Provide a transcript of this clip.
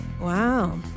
Wow